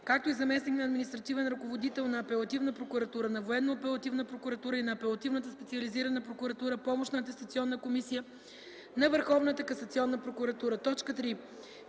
както и заместник на административен ръководител на апелативна прокуратура, на военно-апелативна прокуратура и на апелативната специализирана прокуратура – помощна атестационна комисия на Върховната касационна прокуратура;